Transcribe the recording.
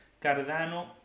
Cardano